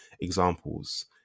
examples